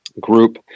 group